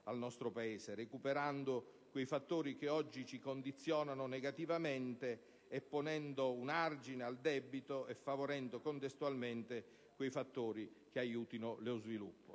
al nostro Paese, recuperando quei fattori che oggi ci condizionano negativamente, ponendo un argine al debito e favorendo contestualmente quei fattori che aiutino lo sviluppo.